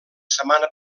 setmana